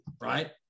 right